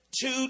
two